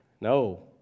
No